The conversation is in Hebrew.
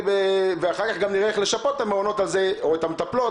ואחר כך נראה איך לשפות את המעונות או את המטפלות.